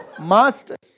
Master's